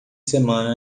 semana